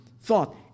thought